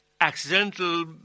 accidental